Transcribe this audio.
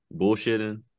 bullshitting